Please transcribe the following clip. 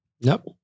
Nope